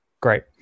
Great